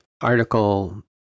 article